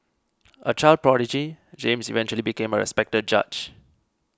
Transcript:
a child prodigy James eventually became a respected judge